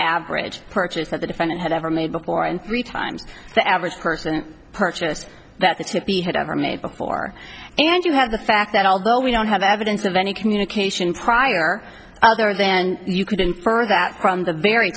average purchase that the defendant had ever made before and three times the average person purchased that the to be had ever made before and you have the fact that although we don't have evidence of any communication prior there then you could infer that from the very